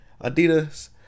Adidas